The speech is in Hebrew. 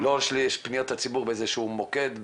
לא שפניות הציבור באיזה שהוא מוקד,